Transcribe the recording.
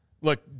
Look